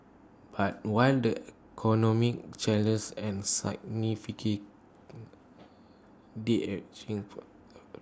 but while the economic challenges and significant the ageing for